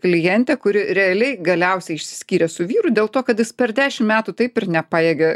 klientę kuri realiai galiausiai išsiskyrė su vyru dėl to kad jis per dešim metų taip ir nepajėgė